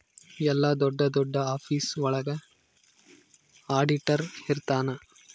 ಎಲ್ಲ ದೊಡ್ಡ ದೊಡ್ಡ ಆಫೀಸ್ ಒಳಗ ಆಡಿಟರ್ ಇರ್ತನ